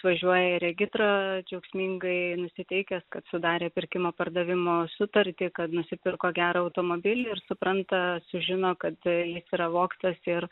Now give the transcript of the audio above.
važiuoja įregitra džiaugsmingai nusiteikęs kad sudarė pirkimo pardavimo sutartį kad nusipirko gerą automobilį ir supranta sužino kad jis yra vogtas ir